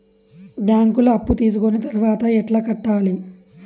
బ్యాంకులో అప్పు తీసుకొని తర్వాత ఎట్లా కట్టాలి?